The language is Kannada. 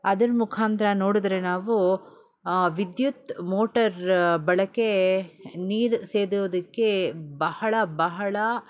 ಅದರ ಮುಖಾಂತರ ನೋಡಿದ್ರೆ ನಾವು ಆ ವಿದ್ಯುತ್ ಮೋಟರ್ ಬಳಕೆ ನೀರು ಸೇದುವುದಕ್ಕೆ ಬಹಳ ಬಹಳ